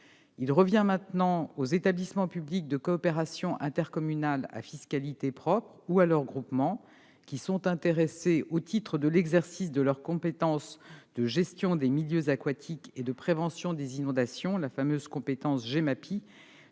Il revient maintenant aux établissements publics de coopération intercommunale à fiscalité propre, ou à leurs groupements, qui sont intéressés au titre de l'exercice de leur compétence de gestion des milieux aquatiques et prévention des inondations- la fameuse compétence GEMAPI